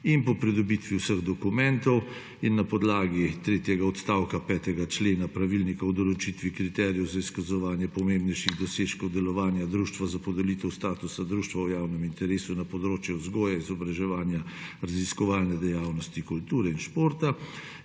Po pridobitvi vseh dokumentov in na podlagi tretjega odstavka 5. člena Pravilnika o določitvi kriterijev za izkazovanje pomembnejših dosežkov delovanja društva za podelitev statusa društva v javnem interesu na področju vzgoje, izobraževanja, raziskovalne dejavnosti, kulture in športa